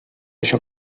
això